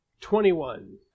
Twenty-one